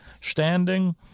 standing